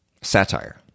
Satire